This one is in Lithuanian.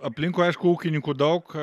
aplinkui aišku ūkininkų daug